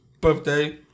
birthday